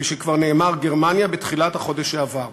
כפי שכבר נאמר, גרמניה, בתחילת החודש שעבר.